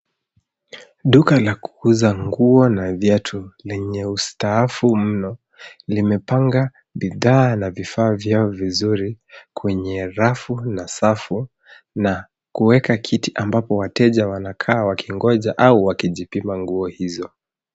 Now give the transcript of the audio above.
Duka la kuuza nguo na viatu lenye ustaafu mno limepanga bidhaa na vifaa vyao vizuri kwenye rafu na safu na kuweka kiti ambapo wateja wanakaa wakingoja au wakijipima nguo hizo.